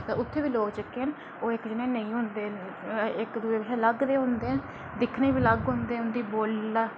उत्थै बी लोक जेह्के न ओह् इक जनेह् नेईं होंदे अक दूए कशा लग ते होंदे दिखने ई बी लग होंदे उंदी बोली